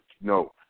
no